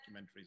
documentaries